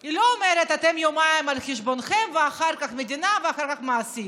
היא לא אומרת: יומיים על חשבונכם ואחר כך המדינה ואחר כך המעסיק.